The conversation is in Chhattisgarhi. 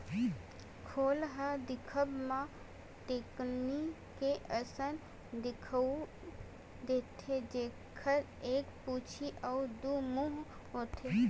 खोल ह दिखब म टेकनी के असन दिखउल देथे, जेखर एक पूछी अउ दू मुहूँ होथे